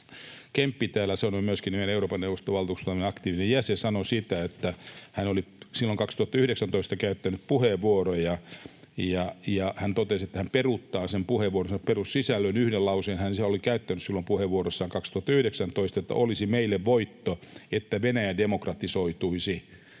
Kemppi täällä sanoi — myöskin hän on Euroopan neuvoston valtuuskunnan aktiivinen jäsen — että hän oli silloin 2019 käyttänyt puheenvuoroja, ja hän totesi, että hän peruuttaa sen puheenvuoronsa perussisällön yhden lauseen. Hän oli sanonut puheenvuorossaan silloin 2019, että olisi meille voitto, että Venäjä demokratisoituisi,